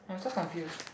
I'm so confused